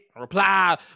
Reply